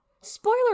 spoiler